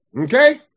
okay